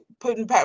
putting